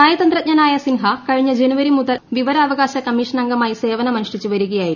നയതന്ത്രജ്ഞനായ സിൻഹ കഴിഞ്ഞ ജനുവരി മുതൽ വിവരാവകാശ കമ്മീഷനംഗമായി സേവനമനുഷ്ഠിച്ചു വരികയായിരുന്നു